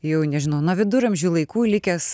jau nežinau nuo viduramžių laikų likęs